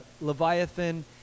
Leviathan